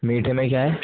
میٹھے میں کیا ہے